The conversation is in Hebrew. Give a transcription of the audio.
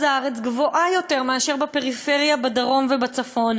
הארץ גבוהה יותר מאשר בפריפריה בדרום ובצפון.